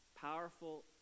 powerful